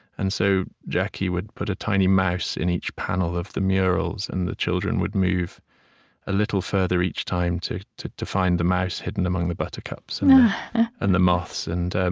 and so jackie would put a tiny mouse in each panel of the murals, and the children would move a little further each time, to to find the mouse hidden among the buttercups and the moths. and and